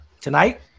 tonight